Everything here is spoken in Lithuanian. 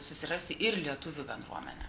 susirasti ir lietuvių bendruomenę